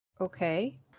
Okay